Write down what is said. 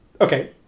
okay